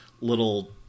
little